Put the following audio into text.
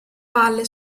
valle